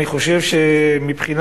אני חושב שמבחינת